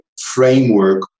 framework